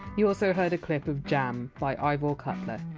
you also heard a clip of jam by ivor cutler.